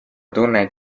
tunned